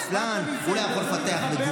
בועז, נגמר לך הזמן, ואני אסביר לך.